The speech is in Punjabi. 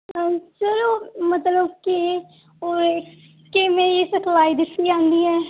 ਸਰ ਉਹ ਮਤਲਬ ਕਿ ਉਰੇ ਕਿਵੇਂ ਦੀ ਸਿਖਲਾਈ ਦਿੱਤੀ ਜਾਂਦੀ ਹੈ